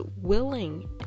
willing